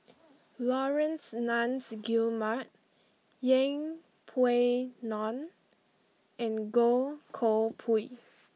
Laurence Nunns Guillemard Yeng Pway Ngon and Goh Koh Pui